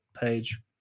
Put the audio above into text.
page